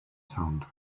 sound